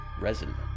resin